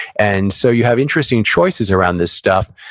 and so, you have interesting choices around this stuff.